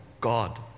God